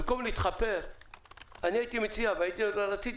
במקום להתחפר הייתי מציע רציתי